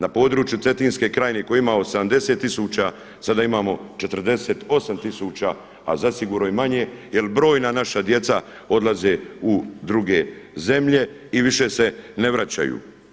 Na području Cetinske krajine koji je imao … tisuća sada imamo 48 tisuća a zasigurno i manje jer brojna naša djeca odlaze u druge zemlje i više se ne vraćaju.